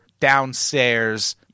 downstairs